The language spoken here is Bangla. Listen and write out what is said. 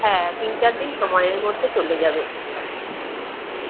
হ্যাঁ তিন চার দিন সময়ের মধ্যে চলে যাবে